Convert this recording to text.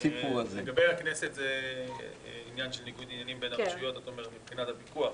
לגבי הכנסת זה עניין של ניגוד עניינים בין הרשויות מבחינת הפיקוח.